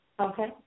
Okay